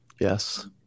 Yes